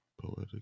Poetic